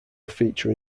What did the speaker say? feature